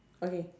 okay